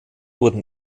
wurden